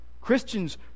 Christians